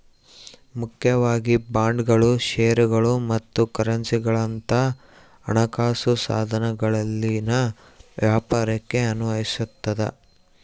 ಮುಖ್ಯವಾಗಿ ಬಾಂಡ್ಗಳು ಷೇರುಗಳು ಮತ್ತು ಕರೆನ್ಸಿಗುಳಂತ ಹಣಕಾಸು ಸಾಧನಗಳಲ್ಲಿನ ವ್ಯಾಪಾರಕ್ಕೆ ಅನ್ವಯಿಸತದ